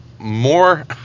More